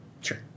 Sure